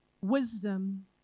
Wisdom